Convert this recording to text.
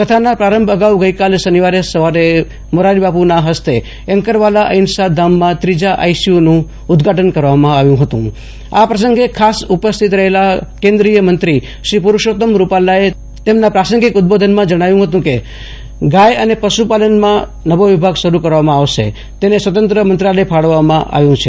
કથાના પ્રારંભ અગાઉ ગઈકાલે શનિવારે સવારે મોરારિબાપુનાં ફસ્તે એન્કરવાલા અહિંસા ધામમાં ત્રીજી આઈસીયુ નું ઉદ્વાટન કરવામાં આવ્યું હતુંઆ પ્રસંગે કેન્દ્રીયમંત્રી શ્રી પુરૂષોતમભાઈ રૂપાલા તેમના પ્રાસંગિક ઉદ્દબોધનમાં ખાસ ઉપસ્થિત રફી જણાવ્યું હતું કે ગાય અને પશુપાલન માટે નવો વિભાગ શરૂ કરવામાં આવશે તેને સ્વતંત્ર મંત્રાલય ફાળવવામાં આવ્યું છે